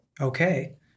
Okay